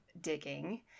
digging